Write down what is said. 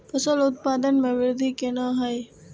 फसल उत्पादन में वृद्धि केना हैं?